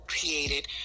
created